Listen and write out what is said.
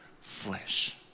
flesh